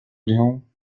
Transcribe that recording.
اليوم